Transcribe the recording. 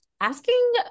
asking